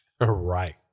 Right